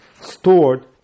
stored